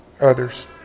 others